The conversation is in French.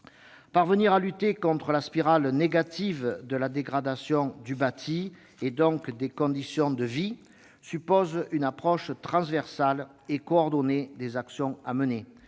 Parvenir à lutter contre la spirale négative de la dégradation du bâti et, par suite, des conditions de vie suppose une approche transversale et coordonnée des actions à mener